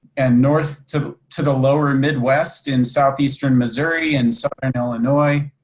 and north to to the lower midwest in southeastern missouri, and southern illinois,